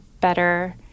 better